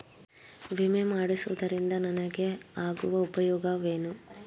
ವಿಮೆ ಮಾಡಿಸುವುದರಿಂದ ನಮಗೆ ಆಗುವ ಉಪಯೋಗವೇನು?